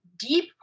deep